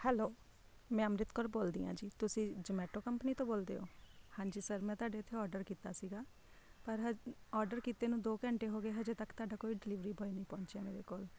hello ਮੈਂ ਅੰਮ੍ਰਿਤ ਕੌਰ ਬੋਲਦੀ ਹਾਂ ਜੀ ਤੁਸੀਂ ਜਮੈਟੋ ਕੰਪਨੀ ਤੋਂ ਬੋਲਦੇ ਹੋ ਹਾਂਜੀ ਸਰ ਮੈਂ ਤੁਹਾਡੇ ਇੱਥੇ ਔਡਰ ਕੀਤਾ ਸੀਗਾ ਪਰ ਹ ਔਡਰ ਕੀਤੇ ਨੂੰ ਦੋ ਘੰਟੇ ਹੋ ਗਏ ਹਜੇ ਤੱਕ ਤੁਹਾਡਾ ਕੋਈ ਡਿਲੀਵਰੀ ਬੋਆਏ ਨਹੀਂ ਪਹੁੰਚਿਆ ਮੇਰੇ ਕੋਲ